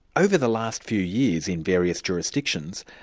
over the last few years, in various jurisdictions,